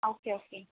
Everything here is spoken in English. okay okay